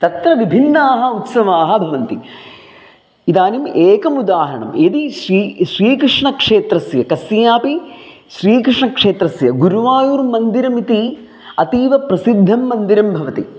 तत्र विभिन्नाः उत्सवाः भवन्ति इदानीम् एकमुदाहरणं यदि श्री श्रीकृष्णक्षेत्रस्य कस्यापि श्रीकृष्णक्षेत्रस्य गुरुवायुर्मन्दिरमिति अतीव प्रसिद्धं मन्दिरं भवति